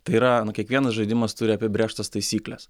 tai yra nu kiekvienas žaidimas turi apibrėžtas taisykles